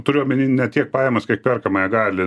turiu omeny ne tiek pajamas kiek perkamąją gali